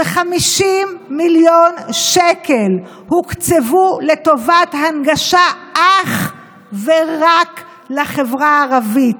ש-50 מיליון שקל הוקצבו לטובת הנגשה אך ורק לחברה הערבית.